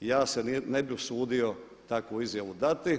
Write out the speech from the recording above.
I ja se ne bih usudio takvu izjavu dati,